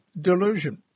delusion